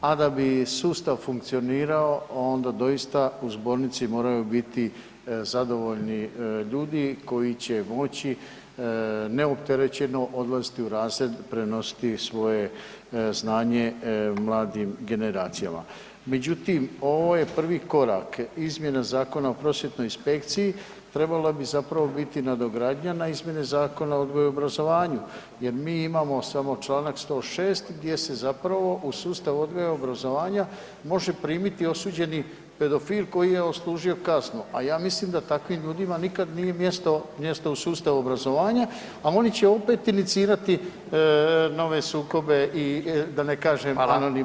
A da bi sustav funkcionirao onda doista u zbornici moraju biti zadovoljni ljudi koji će moći neopterećeno odlaziti u razred, prenositi svoje znanje mladim generacijama, međutim, ovo je prvi korak izmjena zakona o prosvjetnoj inspekciji, trebala bi zapravo biti nadogradnja na izmjene zakona na odgoj i obrazovanju, jer mi imamo samo članak 106. gdje se zapravo u sustav odgoja i obrazovanja može primiti osuđeni pedofil koji je odslužio kaznu, a ja mislim da takvim ljudima nikad nije mjesto u sustavu obrazovanja, a oni će opet inicirati nove sukobe i da ne kažem anonimne prijave.